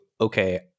okay